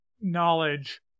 knowledge